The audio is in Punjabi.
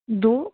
ਦੋ